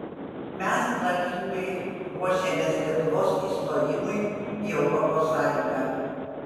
mes planingai ruošėmės lietuvos įstojimui į europos sąjungą